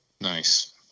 Nice